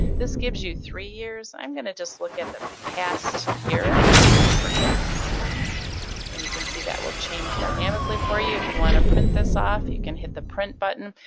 this gives you three years. i'm going to just look at the past year for kicks and you can see that will change dynamically for you. if you want to print this off you can hit the print button.